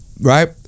Right